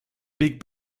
big